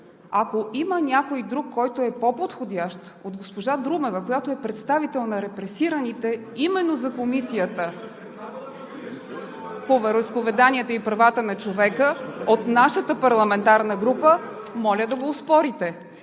Ако има някой друг, който е по-подходящ от госпожа Друмева, която е представител на репресираните, именно за Комисията по вероизповеданията и правата на човека от нашата парламентарна група, моля да го оспорите.